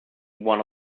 one